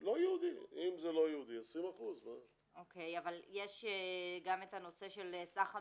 אם זה לא יהודי 20%. אבל יש גם נושא של סך המיעוטים.